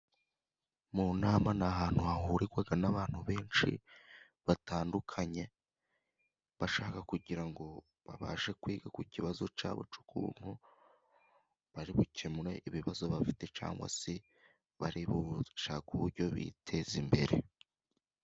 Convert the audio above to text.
Mu nama ni ahantu hahurirwa n'abantu benshi batandukanye, bashaka kugira ngo babashe kwiga ku kibazo cyabo, cy'ukuntu bari bukemure ibibazo bafite cyangwa se bashake uburyo biteza imbere.